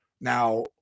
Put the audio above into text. Now